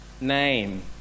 name